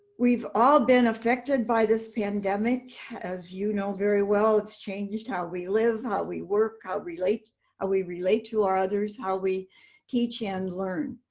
we've all been affected by this pandemic. as you know very well, it's changed how we live, how we work, how ah we relate to our others, how we teach and learn.